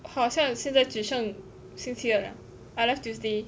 好像现在只剩星期二 lah I left tuesday